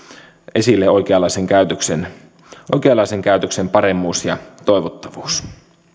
esille oikeanlaisen käytöksen oikeanlaisen käytöksen paremmuus ja toivottavuus